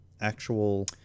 actual